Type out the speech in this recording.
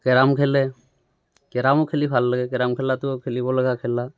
carrom খেলে কেৰমো খেলি ভাল লাগে কেৰম খেলাটোও খেলিবলগা খেলা